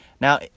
Now